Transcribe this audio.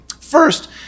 First